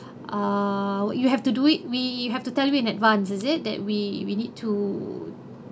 err you have to do it we you have to tell you in advance is it that we we need to